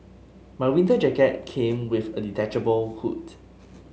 my winter jacket came with a detachable hood